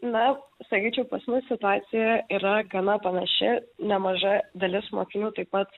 na sakyčiau pas mus situacija yra gana panaši nemaža dalis mokinių taip pat